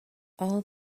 all